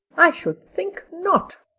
i should think not,